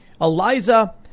eliza